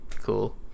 Cool